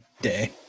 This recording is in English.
day